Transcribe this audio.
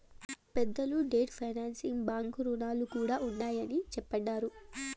పెద్దలు debt financing బాంకీ రుణాలు కూడా ఉండాయని చెప్తండారు